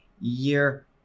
year